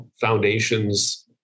foundations